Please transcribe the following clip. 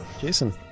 Jason